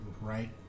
right